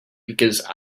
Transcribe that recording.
because